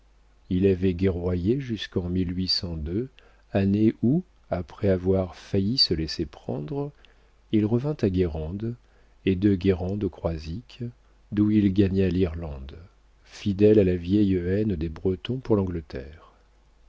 il avait gué jusquen année où après avoir failli se laisser prendre il revint à guérande et de guérande au croisic d'où il gagna l'irlande fidèle à la vieille haine des bretons pour l'angleterre